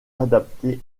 adaptées